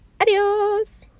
Adios